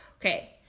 okay